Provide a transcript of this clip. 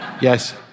yes